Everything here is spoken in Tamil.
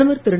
பிரதமர் திரு